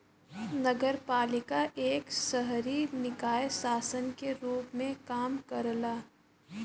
नगरपालिका एक शहरी निकाय शासन के रूप में काम करला